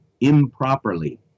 improperly